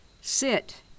Sit